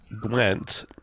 Gwent